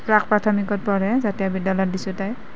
প্ৰাক প্ৰাথমিকত পঢ়ে জাতীয় বিদ্যালয়ত দিছোঁ তাক